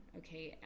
okay